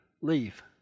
Leave